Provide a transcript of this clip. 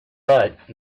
but